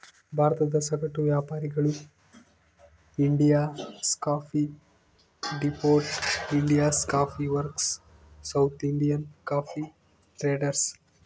ಭಾರತದ ಸಗಟು ವ್ಯಾಪಾರಿಗಳು Indian coffee depot, Indian coffee works, south Indian coffee traders